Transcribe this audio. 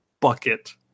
bucket